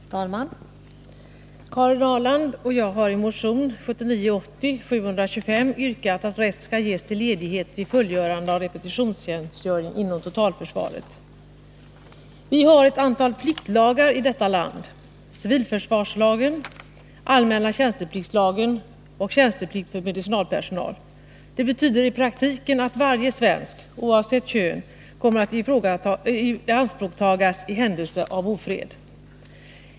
Herr talman! Karin Ahrland och jag har i motion 1979/80:725 yrkat att rätt Torsdagen den skall ges till ledighet vid fullgörande av repetitionstjänstgöring inom 27 november 1980 totalförsvaret. Vi har ett antal pliktlagar i vårt land. Civilförsvarslagen, allmänna tjänstepliktslagen och tjänsteplikten för medicinalpersonal innebär i praktiken att varje svensk, oavsett kön, kommer att i anspråktagas i händelse av ofred.